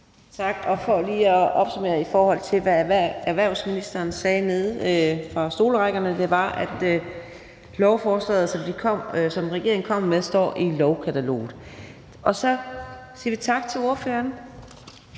Tak, og for lige at opsummere, hvad erhvervsministeren sagde nede fra stolerækkerne, var det, at lovforslaget, som regeringen kom med, står i lovkataloget. Så siger vi tak til ordføreren.